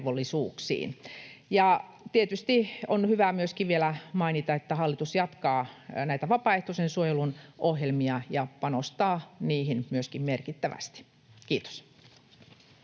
Tietysti on hyvä myöskin vielä mainita, että hallitus jatkaa näitä vapaaehtoisen suojelun ohjelmia ja panostaa myöskin niihin merkittävästi. — Kiitos.